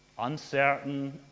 uncertain